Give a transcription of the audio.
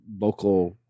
local